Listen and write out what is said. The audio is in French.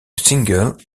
single